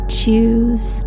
choose